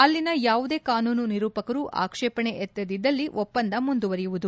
ಅಲ್ಲಿನ ಯಾವುದೇ ಕಾನೂನು ನಿರೂಪಕರು ಆಕ್ಷೇಪಣೆ ಎತ್ತದ್ದಿದ್ದಳ್ಲಿ ಒಪ್ಪಂದ ಮುಂದುವರೆಯುವುದು